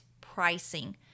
pricing